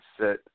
set